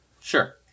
Sure